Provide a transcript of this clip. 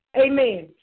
Amen